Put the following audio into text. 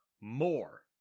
more